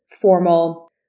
formal